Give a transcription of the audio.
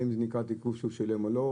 האם זה נקרא תיקוף שהוא שילם או לא,